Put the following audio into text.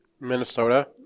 Minnesota